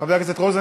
חבר הכנסת רוזנטל,